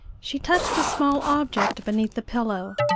she touched a small object beneath the pillow.